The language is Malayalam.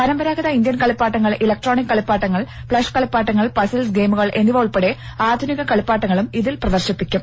പരമ്പരാഗത ഇന്ത്യൻ കളിപ്പാട്ടങ്ങൾ ഇലക്ട്രോണിക് കളിപ്പാട്ടങ്ങൾ പ്ലഷ് കളിപ്പാട്ടങ്ങൾ പസിൽസ് ഗെയിമുകൾ എന്നിവ ഉൾപ്പെടെ ആധുനിക കളിപ്പാട്ടങ്ങളും ഇതിൽ പ്രദർശിപ്പിക്കും